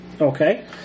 Okay